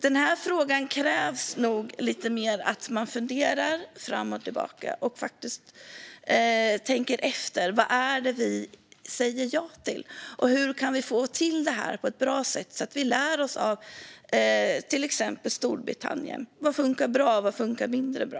Den här frågan kräver nog att man funderar lite mer fram och tillbaka och faktiskt tänker efter. Vad är det vi säger ja till? Och hur kan vi få till det här på ett bra sätt så att vi lär oss av till exempel Storbritannien - vad funkar bra och vad funkar mindre bra?